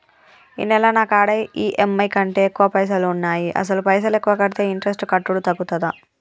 ఈ నెల నా కాడా ఈ.ఎమ్.ఐ కంటే ఎక్కువ పైసల్ ఉన్నాయి అసలు పైసల్ ఎక్కువ కడితే ఇంట్రెస్ట్ కట్టుడు తగ్గుతదా?